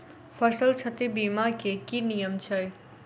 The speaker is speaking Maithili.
फसल क्षति बीमा केँ की नियम छै?